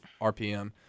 RPM